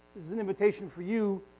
this is an invitation for you